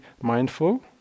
mindful